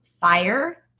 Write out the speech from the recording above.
fire